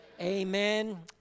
Amen